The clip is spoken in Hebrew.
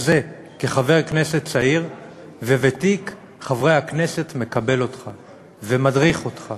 כחבר כנסת צעיר וותיק חברי הכנסת מקבל אותך ומדריך אותך